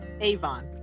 Avon